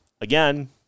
again